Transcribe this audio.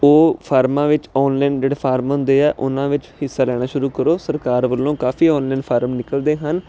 ਉਹ ਫਾਰਮਾਂ ਵਿੱਚ ਔਨਲਾਈਨ ਜਿਹੜੇ ਫਾਰਮ ਹੁੰਦੇ ਆ ਉਹਨਾਂ ਵਿੱਚ ਹਿੱਸਾ ਲੈਣਾ ਸ਼ੁਰੂ ਕਰੋ ਸਰਕਾਰ ਵੱਲੋਂ ਕਾਫੀ ਔਨਲਾਈਨ ਫਾਰਮ ਨਿਕਲਦੇ ਹਨ